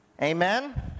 Amen